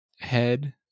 head